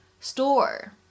store